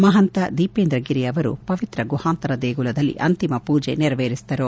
ಮಹಂತ ದೀಪೇಂದ್ರ ಗಿರಿ ಅವರು ಪವಿತ್ರ ಗುಹಾಂತರ ದೇಗುಲದಲ್ಲಿ ಅಂತಿಮ ಪೂಜೆ ನೆರವೇರಿಸಿದರು